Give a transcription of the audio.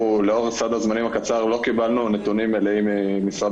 לאור סד הזמנים הקצר לא קיבלנו נתונים מלאים ממשרד